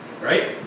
right